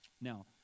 Now